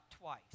twice